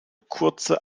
kurze